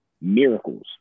miracles